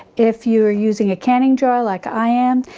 if you're using a canning jar like i am,